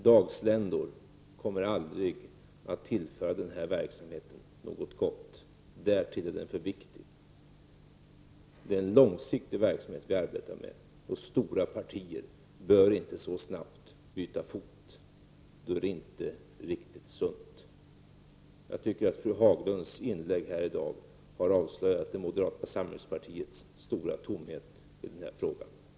Dagsländor kommer aldrig att tillföra den här verksamheten något gott. Därtill är den för viktig. Vi arbetar med en långsiktig verksamhet, och stora partier bör inte så snabbt byta fot. Då är det inte riktigt sunt. Jag tycker att fru Haglunds inlägg här i dag har avslöjat moderata samlingspartiets stora tomhet i frågan.